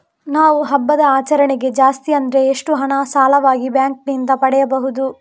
ನಾವು ಹಬ್ಬದ ಆಚರಣೆಗೆ ಜಾಸ್ತಿ ಅಂದ್ರೆ ಎಷ್ಟು ಹಣ ಸಾಲವಾಗಿ ಬ್ಯಾಂಕ್ ನಿಂದ ಪಡೆಯಬಹುದು?